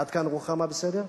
עד כאן, רוחמה, בסדר?